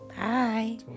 Bye